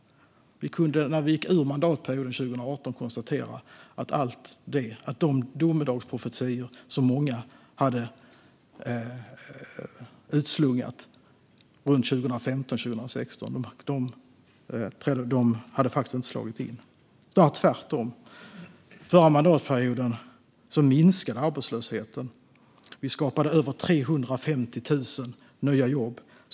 Vi kunde när vi gick ur mandatperioden 2018 konstatera att de domedagsprofetior som många hade utslungat runt 2015 och 2016, de hade faktiskt inte slagit in. Det var snarare tvärtom. Förra mandatperioden minskade arbetslösheten. Vi skapade över 350 000 nya jobb.